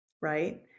right